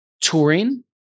touring